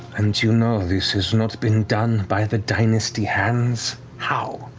and you know this has not been done by the dynasty hands, how?